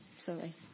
sorry